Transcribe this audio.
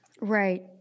Right